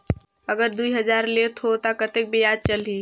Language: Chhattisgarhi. अगर दुई हजार लेत हो ता कतेक ब्याज चलही?